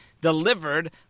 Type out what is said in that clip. delivered